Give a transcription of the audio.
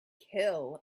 kill